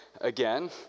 again